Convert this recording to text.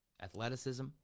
athleticism